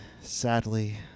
Sadly